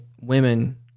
women